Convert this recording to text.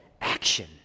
action